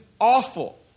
awful